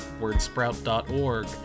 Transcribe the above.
wordsprout.org